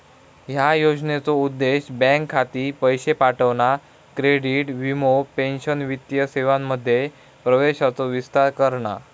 ह्या योजनेचो उद्देश बँक खाती, पैशे पाठवणा, क्रेडिट, वीमो, पेंशन वित्तीय सेवांमध्ये प्रवेशाचो विस्तार करणा